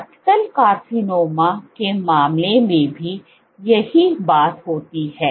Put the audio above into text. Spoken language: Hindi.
डक्टल कार्सिनोमा के मामले में भी यही बात होती है